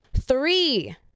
Three